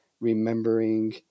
remembering